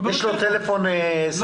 יש לו טלפון סמסונג?